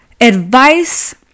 advice